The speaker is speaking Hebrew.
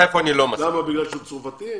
איפה אני לא מסכים עם